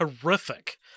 horrific